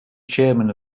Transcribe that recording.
chairman